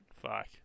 fuck